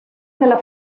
nella